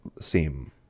seem